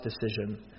decision